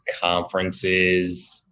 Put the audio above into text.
conferences